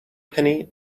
penny